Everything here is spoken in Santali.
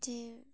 ᱡᱮ